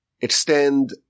extend